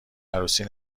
عروسی